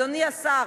אדוני השר,